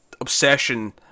obsession